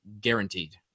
guaranteed